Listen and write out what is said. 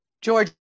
George